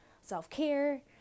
self-care